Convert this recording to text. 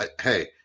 hey